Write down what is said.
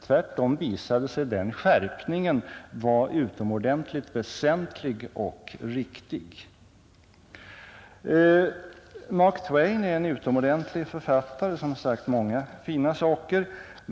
Tvärtom visade sig den skärpningen vara mycket väsentlig och riktig. Mark Twain var en utomordentlig författare som skrivit många bra saker.